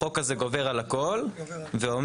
החוק הזה גובר על הכול ואומר,